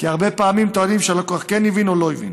כי הרבה פעמים טוענים שהלקוח כן הבין או לא הבין.